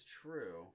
true